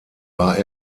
war